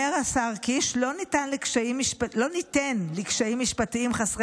אומר השר קיש: לא ניתן לקשיים משפטיים חסרי